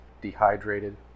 dehydrated